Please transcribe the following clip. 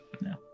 No